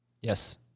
Yes